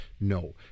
No